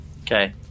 Okay